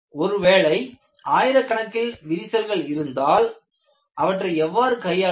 ஒருவேளை ஆயிரக்கணக்கில் விரிசல்கள் இருந்தால் அவற்றை எவ்வாறு கையாள்வது